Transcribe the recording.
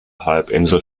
halbinsel